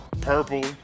purple